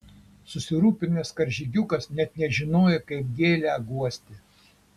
susirūpinęs karžygiukas net nežinojo kaip gėlę guosti